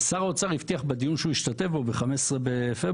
שר האוצר הבטיח בדיון שהוא השתתף בו ב-15 בפברואר